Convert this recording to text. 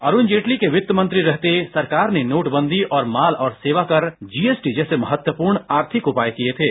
अरुण जेटली के वित्त मंत्री रहते सरकार ने नोट बंदी और माल और सेवाकर जीएसटी जैसे महत्वपूर्ण आर्थिक उपाय किये थे